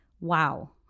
Wow